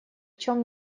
чем